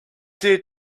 dear